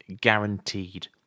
guaranteed